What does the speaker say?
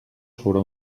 sobre